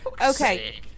Okay